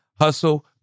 hustle